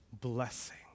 blessing